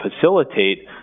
facilitate